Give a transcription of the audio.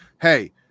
hey